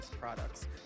products